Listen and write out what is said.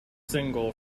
single